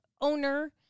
owner